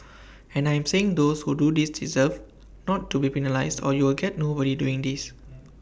and I am saying those who do this deserve not to be penalised or you will get nobody doing this